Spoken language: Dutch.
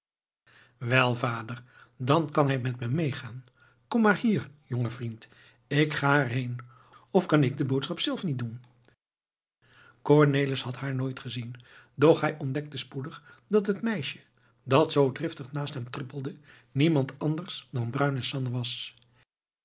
wel vader dan kan hij met me meegaan kom maar hier jonge vriend ik ga er heen of kan ik misschien de boodschap zelf niet doen cornelis had haar nooit gezien doch hij ontdekte spoedig dat het meisje dat zoo driftig naast hem trippelde niemand anders dan bruine sanne was